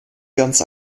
ganz